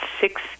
six